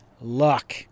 luck